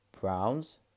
Browns